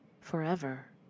forever